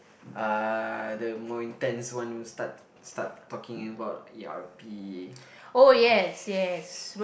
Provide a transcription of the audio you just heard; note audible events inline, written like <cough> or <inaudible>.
uh the more intense one will start start talking about e_r_p <laughs>